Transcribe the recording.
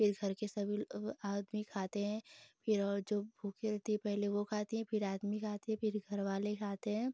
फिर घर के सभी आदमी खाते हैं फिर और जो भूखी रहती हैं पहले वह खाती हैं फिर आदमी खाते हैं फिर घरवाले खाते हैं